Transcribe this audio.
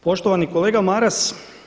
Poštovani kolega Maras.